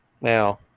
now